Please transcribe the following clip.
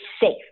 safe